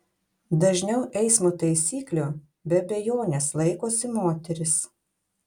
dažniau eismo taisyklių be abejonės laikosi moterys